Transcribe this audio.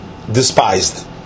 Despised